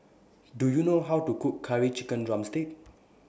Do YOU know How to Cook Curry Chicken Drumstick